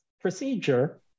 procedure